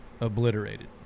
obliterated